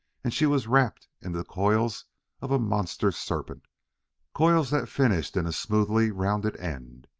and she was wrapped in the coils of a monster serpent coils that finished in a smoothly-rounded end.